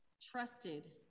trusted